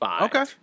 Okay